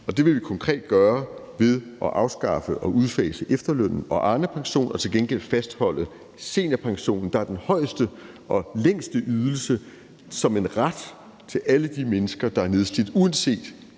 Det vil vi konkret gøre ved at afskaffe og udfase efterlønnen og Arnepensionen og til gengæld fastholde seniorpensionen, der er den højeste og længste ydelse, som en ret til alle de mennesker, der er nedslidte, uanset